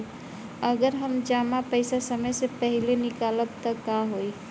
अगर हम जमा पैसा समय से पहिले निकालब त का होई?